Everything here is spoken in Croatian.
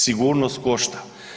Sigurnost košta.